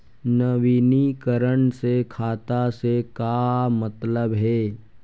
नवीनीकरण से खाता से का मतलब हे?